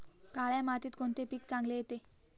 काळ्या मातीत कोणते पीक चांगले येते?